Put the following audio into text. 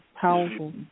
powerful